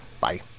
Bye